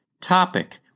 topic